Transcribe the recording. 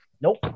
nope